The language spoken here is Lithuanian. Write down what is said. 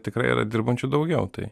tikrai yra dirbančių daugiau tai